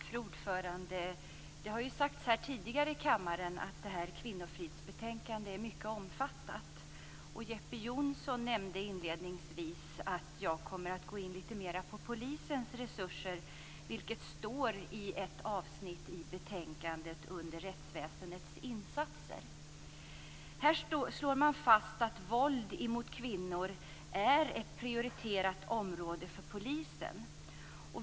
Fru talman! Det har ju sagts tidigare här i kammaren att det här kvinnofridsbetänkandet är mycket omfattande. Jeppe Johnsson nämnde inledningsvis att jag kommer att gå in litet mer på polisens resurser. Det står om detta i ett avsnitt av betänkande under rättsväsendets insatser. Här slår man fast att kampen mot våld mot kvinnor är ett prioriterat område för polisen.